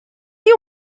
you